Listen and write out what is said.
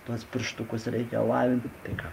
tuos pirštukus reikia lavinti tai ką